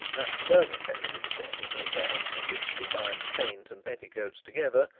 that further feminine step in advance which combines paint and petticoats together,